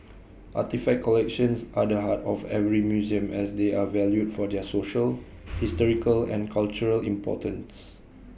artefact collections are the heart of every museum as they are valued for their social historical and cultural importance